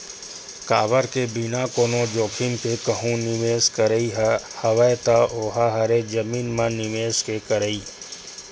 काबर के बिना कोनो जोखिम के कहूँ निवेस करई ह हवय ता ओहा हरे जमीन म निवेस के करई